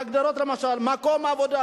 ההגדרות, למשל: "מקום עבודה,